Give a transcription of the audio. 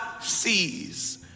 Sees